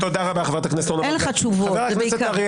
תודה רבה חברת הכנסת אורנה ברביבאי.